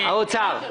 בגלל המשפחות.